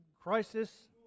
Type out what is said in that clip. crisis